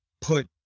put